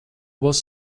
was